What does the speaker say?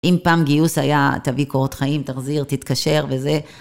אם פעם גיוס היה, תביא קורות חיים, תחזיר, תתקשר וזה.